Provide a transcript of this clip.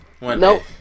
Nope